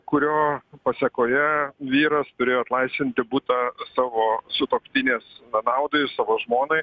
kurio pasekoje vyras turėjo atlaisvinti butą savo sutuoktinės na naudai savo žmonai